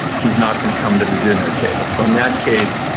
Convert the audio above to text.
he's not going to come to the dinner table. so in that case,